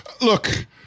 Look